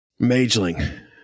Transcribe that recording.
Mageling